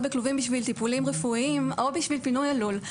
בכלובים בשביל טיפולים רפואיים או בשביל פינוי הלול.